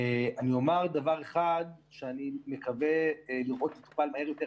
ואני אומר דבר אחד שאני מקווה לראות מטופל מהר יותר.